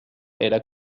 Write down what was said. era